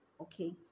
okay